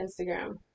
Instagram